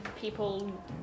people